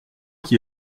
qui